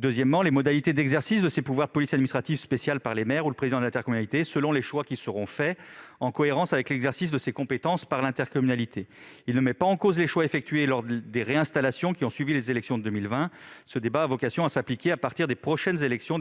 les modalités d'exercice de ces pouvoirs de police administrative spéciale par les maires ou le président d'intercommunalité, selon les choix qui seront faits, en cohérence avec l'exercice par l'intercommunalité de ses compétences. Ce dispositif ne met pas en cause les choix effectués lors des réinstallations qui ont suivi les élections de 2020. Ce débat a vocation à s'appliquer à partir des prochaines élections des